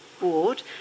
board